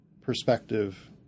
perspective